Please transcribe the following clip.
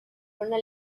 una